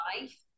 life